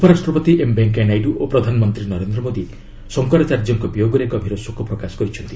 ଉପରାଷ୍ଟ୍ରପତି ଏମ୍ ଭେଙ୍କିୟା ନାଇଡୁ ଓ ପ୍ରଧାନମନ୍ତ୍ରୀ ନରେନ୍ଦ୍ର ମୋଦି ଶଙ୍କରାଚାର୍ଯ୍ୟଙ୍କ ବିୟୋଗରେ ଗଭୀର ଶୋକ ପ୍ରକାଶ କରିଛନ୍ତି